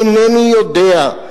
אינני יודע.